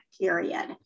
period